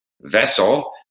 vessel